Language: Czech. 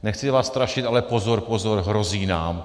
Nechci vás strašit, ale pozor, pozor, hrozí nám.